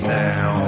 now